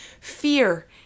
fear